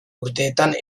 urteetan